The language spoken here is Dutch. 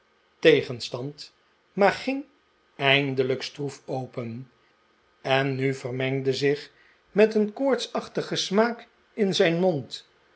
stand maar ging eindelijk stroef open en nu vermengde zich met een koortsachtigen smaak in zijn mond